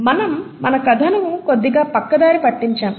మనం మన కథను కొద్దిగా పక్కదారి పట్టించాము